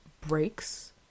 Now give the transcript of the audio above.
breaks